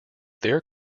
their